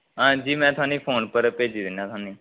हांजी मैं थोआनी फोन उप्पर गै भेज्जी दिन्ना थोआनी